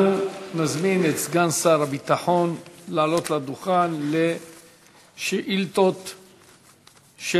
אנחנו נזמין את סגן שר הביטחון לעלות לדוכן לענות על